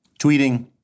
tweeting